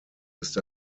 ist